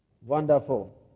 Wonderful